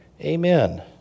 Amen